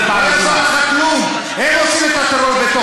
חבר הכנסת באסל גטאס.